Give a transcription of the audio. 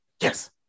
Yes